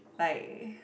like